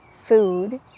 food